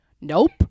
nope